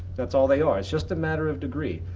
that's all they are. it's just a matter of degree.